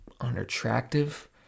unattractive